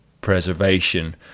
preservation